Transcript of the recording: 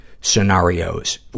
scenarios